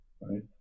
right